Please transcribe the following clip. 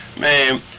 man